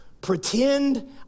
Pretend